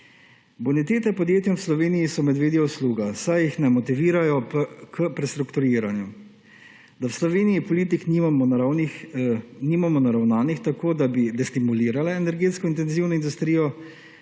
Bonitete podjetjem v Sloveniji so medvedja usluga, saj jih ne motivirajo k prestrukturiranju. Da v Sloveniji politik nimamo naravnanih tako, da bi destimulirale energetsko intenzivno industrijo,